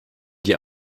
die